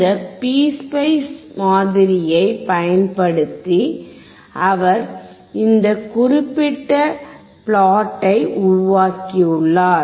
இந்த PSPice மாதிரியைப் பயன்படுத்தி அவர் இந்த குறிப்பிட்ட பிளாட்டை உருவாக்கியுள்ளார்